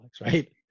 right